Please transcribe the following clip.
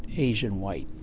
asian-white,